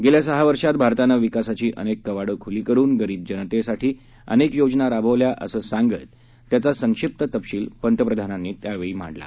गेल्या सहा वर्षात भारतानं विकासाची अनेक कवाडं खुली करुन गरीब जनतेसाठी अनेक योजना राबवल्या असं सांगत त्याचा संक्षिप्त तपशील पंतप्रधानांनी यावेळी मांडला